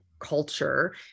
culture